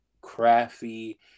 crafty